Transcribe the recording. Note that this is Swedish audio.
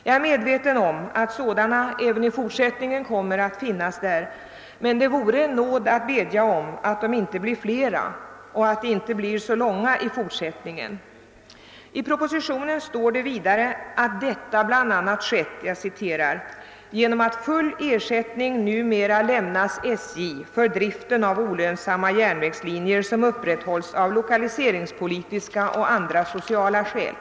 Jag är medveten om att sådana även i fortsättningen kommer att finnas där, men det vore en nåd att bedja om att de inte blir flera och att de inte blir så långa i fortsättningen. I propositionen står det vidare att konkurrensen bl.a. kan ske »genom att full ersättning numera lämnas SJ för driften av olönsamma järnvägslinjer som upprätthålls av lokaliseringspolitiska och andra sociala skäl».